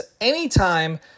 anytime